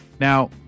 Now